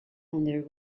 under